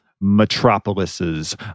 metropolises